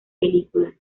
películas